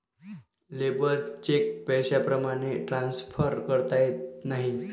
labour cheque पैशाप्रमाणे transfer करता येत नाही